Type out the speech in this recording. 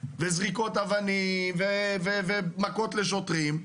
וזריקות אבנים ומכות לשוטרים,